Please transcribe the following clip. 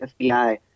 FBI